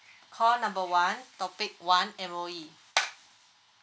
call number one topic one M_O_E